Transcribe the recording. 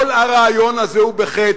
כל הרעיון הזה הוא בחטא,